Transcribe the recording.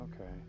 Okay